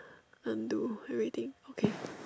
undo everything okay